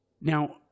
Now